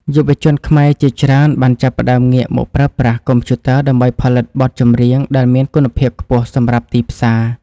យុវជនខ្មែរជាច្រើនបានចាប់ផ្ដើមងាកមកប្រើប្រាស់កុំព្យូទ័រដើម្បីផលិតបទចម្រៀងដែលមានគុណភាពខ្ពស់សម្រាប់ទីផ្សារ។